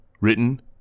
Written